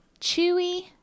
chewy